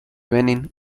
benín